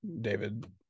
david